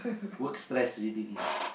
work stress reading